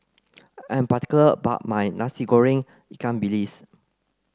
I'm particular about my Nasi Goreng Ikan Bilis